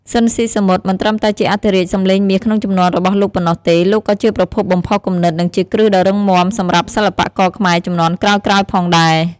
ស៊ីន ស៊ីសាមុត មិនត្រឹមតែជាអធិរាជសម្លេងមាសក្នុងជំនាន់របស់លោកប៉ុណ្ណោះទេ លោកក៏ជាប្រភពបំផុសគំនិត និងជាគ្រឹះដ៏រឹងមាំសម្រាប់សិល្បករខ្មែរជំនាន់ក្រោយៗផងដែរ ។